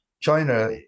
China